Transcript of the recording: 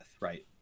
right